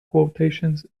quotations